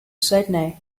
sydney